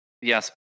Yes